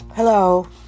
Hello